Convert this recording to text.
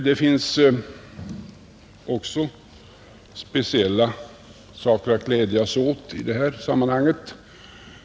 Det finns också en del speciella detaljer att glädja sig åt i detta sammanhang.